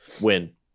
Win